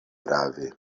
prave